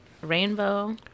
Rainbow